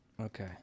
Okay